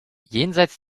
jenseits